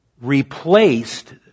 replaced